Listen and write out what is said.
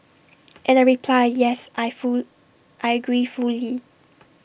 and I reply yes I full I agree fully